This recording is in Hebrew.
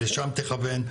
לשם תכוון.